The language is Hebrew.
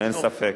אין ספק.